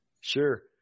Sure